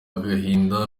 agahinda